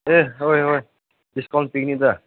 ꯑꯦ ꯍꯣꯏ ꯍꯣꯏ ꯗꯤꯁꯀꯥꯎꯟ ꯄꯤꯅꯤꯗ